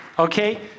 Okay